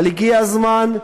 אבל הגיע הזמן,